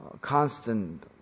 constant